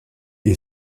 est